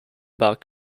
about